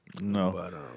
No